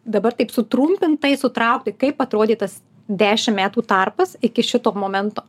dabar taip sutrumpintai sutrauktai kaip atrodė tas dešimt metų tarpas iki šito momento